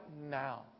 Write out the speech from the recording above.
now